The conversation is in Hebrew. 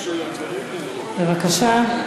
בבקשה,